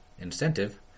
incentive